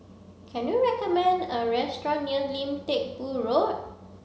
can you recommend a restaurant near Lim Teck Boo Road